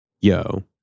Yo